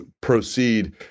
proceed